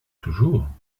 toujours